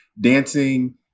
dancing